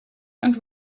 and